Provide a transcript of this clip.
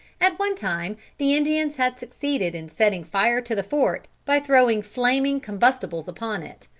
at one time the indians had succeeded in setting fire to the fort, by throwing flaming combustibles upon it,